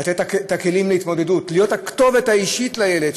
לתת את הכלים להתמודדות ולהיות הכתובת האישית לילד,